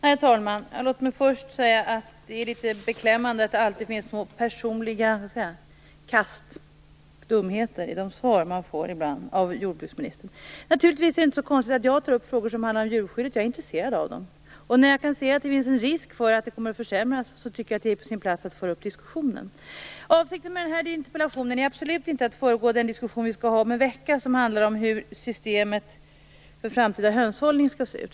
Herr talman! Låt mig först säga att det är litet beklämmande att det alltid finns små personliga dumheter i de svar man får av jordbruksministern. Det är inte så konstigt att jag tar upp frågor som handlar om djurskyddet. Jag är intresserad av dem. När jag kan se att det finns en risk för att förhållandena kommer att försämras tycker jag att det är på sin plats att ta upp diskussionen. Avsikten med den här interpellationen är absolut inte att föregå den diskussion som vi skall ha om en vecka, som handlar om hur systemet för framtida hönshållning skall se ut.